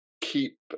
keep